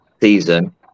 season